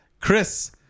Chris